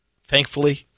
Thankfully